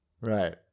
Right